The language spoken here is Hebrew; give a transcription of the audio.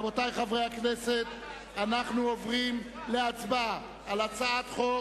רבותי, אנחנו עוברים להצבעה על הצעת החוק